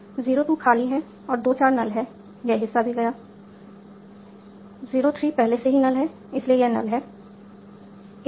0 2 खाली है और 2 4 null है यह हिस्सा भी गया 0 3 पहले से ही null है इसलिए यह null है